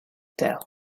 dell